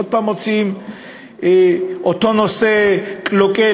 עוד הפעם מוציאים אותו נושא קלוקל,